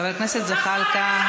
חבר הכנסת זחאלקה,